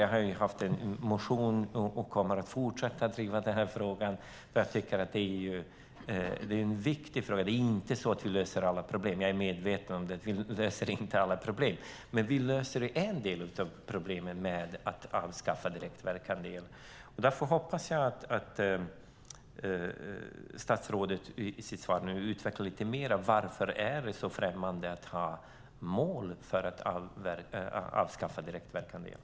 Jag har haft en motion om detta och kommer att fortsätta att driva frågan. Det är en viktig fråga. Det är inte så att vi löser alla problem. Jag är medveten om det. Men vi löser en del av problemen med att avskaffa direktverkande el. Jag hoppas därför att statsrådet i sitt svar utvecklar lite mer: Varför är det så främmande att ha mål för att avskaffa direktverkande el?